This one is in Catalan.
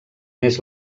més